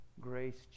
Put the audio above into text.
Grace